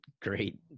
great